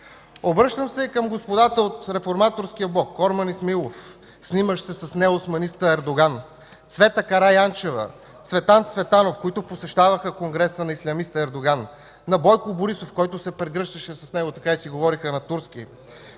Обръщам се към господата от Реформаторския блок – Корман Исмаилов, снимащ се с неоосманиста Ердоган, Цвета Караянчева, Цветан Цветанов, които посещаваха Конгреса на ислямиста Ердоган, на Бойко Борисов, който се прегръщаше с него и си говореха на турски,